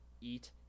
eat